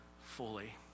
fully